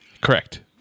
correct